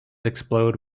explode